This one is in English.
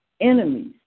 enemies